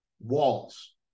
walls